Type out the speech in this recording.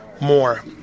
more